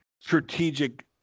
strategic